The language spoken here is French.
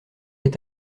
est